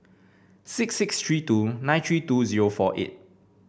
six six three two nine three two zero four eight